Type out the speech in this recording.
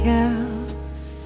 Carols